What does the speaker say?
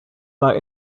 that